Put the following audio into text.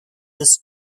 this